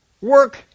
work